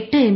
എട്ട് എം